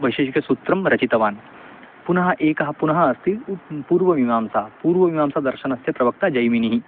वैशेषिकसूत्रं रचितवान् पुनः एकः पुनः अस्ति पूर्वमीमांसा पूर्वमीमांसा दर्शनस्य प्रवक्ता जैमिनिः